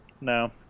No